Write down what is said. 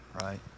right